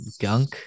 gunk